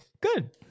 Good